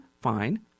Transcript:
fine